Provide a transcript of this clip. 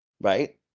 right